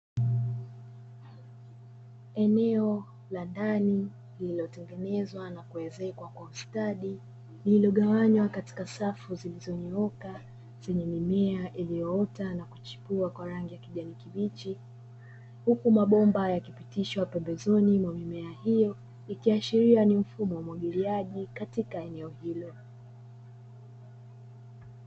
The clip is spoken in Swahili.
Eneo la ndani lililotengenezwa na kuezekwa kwa ustadi, lililogawanywa katika safu zilizonyooka zenye mimea iliyoota na kuchipua kwa rangi ya kijani kibichi; huku mabomba yakipitishwa pembezoni mwa mimea hiyo, ikiashiria ni mfumo wa umwagiliaji katika eneo hilo.